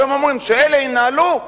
והם אומרים: שאלה ינהלו,